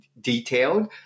detailed